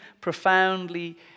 profoundly